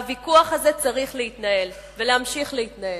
והוויכוח הזה צריך להתנהל, ולהמשיך להתנהל.